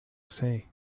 say